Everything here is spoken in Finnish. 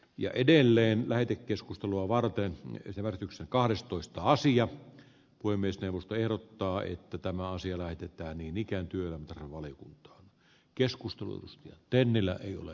ja edelleen väite keskustelua varten te vedätyksen kahdestoista sija voimistelusta ehdottaa että tämä asia lähetetään niin ikään työantajavaliokunta on keskustellut pennillä ei ole